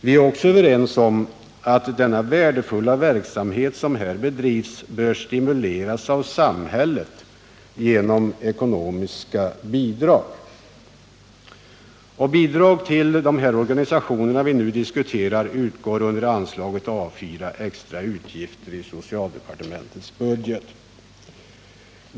Vi är också överens om att den värdefulla verksamhet som här bedrivs bör stimuleras av samhället genom ekonomiska bidrag. Bidrag till de organisationer som vi nu diskuterar utgår under anslaget A 4 Extra utgifter i socialdepartementets budget.